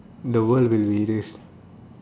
the world will be erased